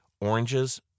oranges